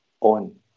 on